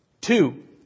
Two